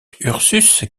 ursus